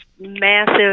massive